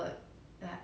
mmhmm